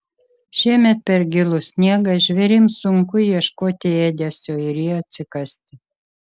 šiemet per gilų sniegą žvėrims sunku ieškoti ėdesio ir jį atsikasti